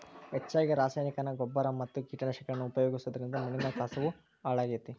ಹೆಚ್ಚಗಿ ರಾಸಾಯನಿಕನ ಗೊಬ್ಬರ ಮತ್ತ ಕೇಟನಾಶಕಗಳನ್ನ ಉಪಯೋಗಿಸೋದರಿಂದ ಮಣ್ಣಿನ ಕಸವು ಹಾಳಾಗ್ತೇತಿ